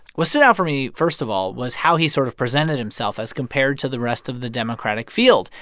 what stood out for me, first of all, was how he sort of presented himself as compared to the rest of the democratic field.